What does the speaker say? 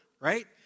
right